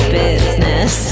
business